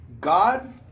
God